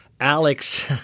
Alex